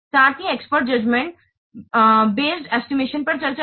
साथ ही expert judgement base estimation techniques पर चर्चा की